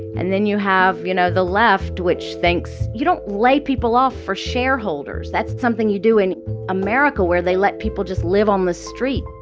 and then you have, you know, the left, which thinks, you don't lay people off for shareholders. that's something you do in america, where they let people just live on the street